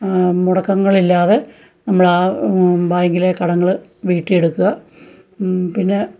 മുടക്കങ്ങളില്ലാതെ നമ്മളാ ബാങ്കിലെ കടങ്ങള് വീട്ടിയെടുക്കുക പിന്നെ